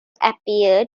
appeared